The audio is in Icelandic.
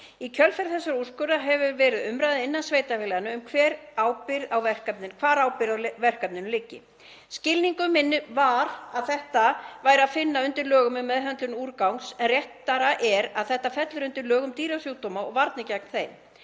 Í kjölfar þessa úrskurðar hefur verið umræða innan sveitarfélaganna um hvar ábyrgð á verkefninu liggi. Skilningur minn var að þetta væri að finna undir lögum um meðhöndlun úrgangs en réttara er að þetta fellur undir lög um dýrasjúkdóma og varnir gegn þeim.